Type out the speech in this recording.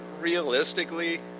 realistically